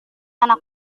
anak